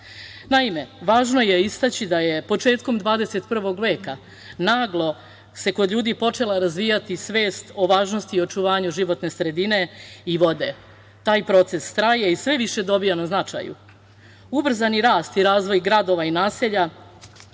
faze. Naime, važno je istaći da se početkom 21. veka naglo kod ljudi počela razvijati svest o važnosti i očuvanju životne sredine i vode. Taj proces traje i sve više dobija na značaju. Ubrzani rast i razvoj gradova i naselja,